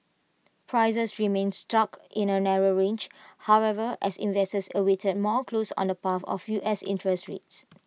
prices remained stuck in A narrow range however as investors awaited more clues on the path of U S interest rates